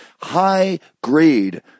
High-grade